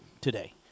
today